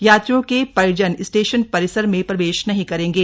यात्रियों के परिजन स्टेशन परिसर में प्रवेश नहीं करेंगे